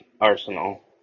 arsenal